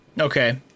Okay